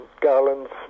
garlands